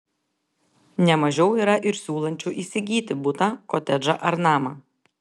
ne mažiau yra ir siūlančių įsigyti butą kotedžą ar namą